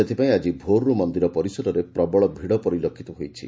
ସେଥିପାଇଁ ଆଜି ଭୋର୍ରୁ ମନ୍ଦିର ପରିସରରେ ପ୍ରବଳ ଭିଡ଼ ପରିଲକ୍ଷିତ ହୋଇଛି